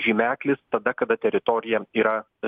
žymeklis tada kada teritorija yra